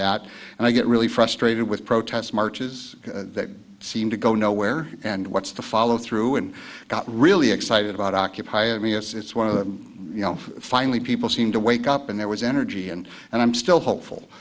that and i get really frustrated with protest marches that seem to go nowhere and what's the follow through and i got really excited about occupy i mean it's one of the you know finally people seem to wake up and there was energy and and i'm still hopeful